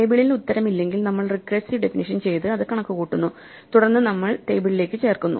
ടേബിളിൽ ഉത്തരം ഇല്ലെങ്കിൽ നമ്മൾ റിക്കേഴ്സീവ് ഡെഫിനിഷ്യൻ ചെയ്ത് അത് കണക്കുകൂട്ടുന്നു തുടർന്ന് നമ്മൾ ടേബിളിലേക്ക് ചേർക്കുന്നു